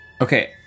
Okay